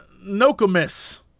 Nokomis